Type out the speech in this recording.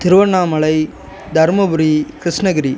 Tiruvannamalai Dharmapuri Krishnagiri